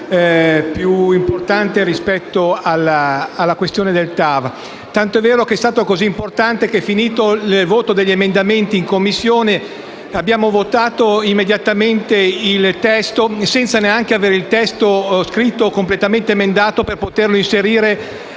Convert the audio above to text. più importante rispetto alla questione della TAV. È stato così importante che, concluso il voto degli emendamenti, in Commissione abbiamo votato immediatamente il testo, senza neanche averne una versione scritta, correttamente emendata, per poterlo inserire